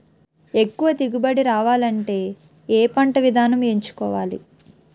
ఎక్కువ దిగుబడి రావాలంటే ఏ పంట విధానం ఎంచుకోవాలి?